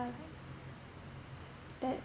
uh like that